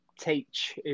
teach